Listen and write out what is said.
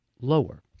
lower